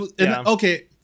Okay